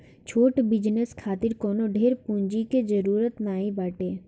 छोट बिजनेस खातिर कवनो ढेर पूंजी के जरुरत नाइ बाटे